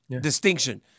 distinction